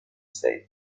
said